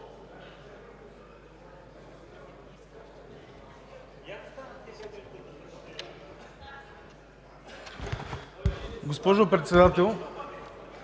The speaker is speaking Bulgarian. Госпожо Председател,